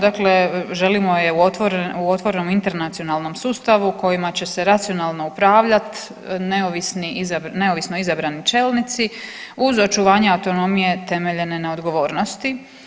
Dakle, želimo je u otvorenom internacionalnom sustavu kojima će se racionalno upravljati neovisni, neovisno izabrani čelnici uz očuvanje autonomije temeljene na odgovornosti.